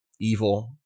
evil